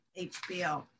hbo